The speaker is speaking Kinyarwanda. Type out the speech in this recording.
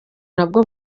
nabwo